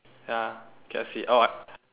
ya just eat orh I